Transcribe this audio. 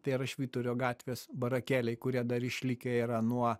tai yra švyturio gatvės barakėliai kurie dar išlikę yra nuo